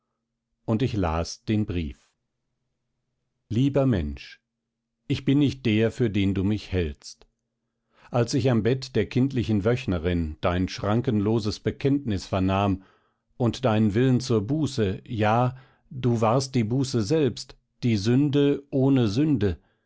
und ich las den brief lieber mensch ich bin nicht der für den du mich hältst als ich am bett der kindlichen wöchnerin dein schrankenloses bekenntnis vernahm und deinen willen zur buße ja du warst die buße selbst die sünde ohne sünde